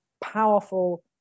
powerful